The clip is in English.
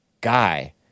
guy